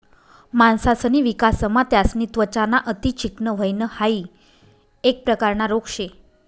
मासासनी विकासमा त्यासनी त्वचा ना अति चिकनं व्हयन हाइ एक प्रकारना रोग शे